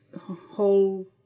whole